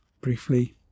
briefly